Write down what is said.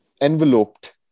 enveloped